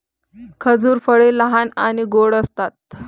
खजूर फळे लहान आणि गोड असतात